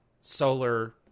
solar